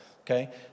Okay